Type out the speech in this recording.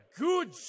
good